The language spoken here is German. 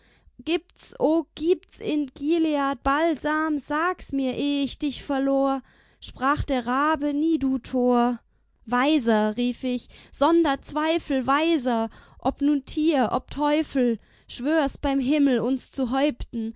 gibt's o gibt's in gilead balsam sag mir's eh ich dich verlor sprach der rabe nie du tor weiser rief ich sonder zweifel weiser ob nun tier ob teufel schwör's beim himmel uns zu häupten